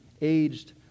aged